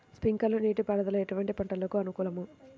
Sprinkler నీటిపారుదల ఎటువంటి పంటలకు అనుకూలము?